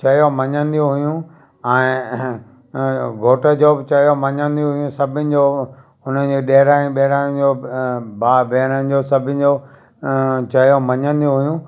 चयो मञंदियूं हुयूं हाणे घोट जो बि चयो मञंदियूं हुयूं सभिनि जो हुननि जूं ॾेराणियूं बेराणियुन जो बि भाउ भेणनि जो सभिनि जो चयो मञंदियूं हुयूं